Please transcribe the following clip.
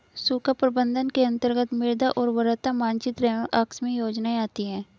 सूखा प्रबंधन के अंतर्गत मृदा उर्वरता मानचित्र एवं आकस्मिक योजनाएं आती है